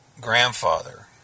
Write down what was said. grandfather